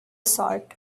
sort